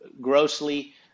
grossly